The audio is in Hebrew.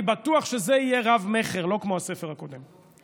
אני בטוח שזה יהיה רב-מכר, לא כמו הספר הקודם.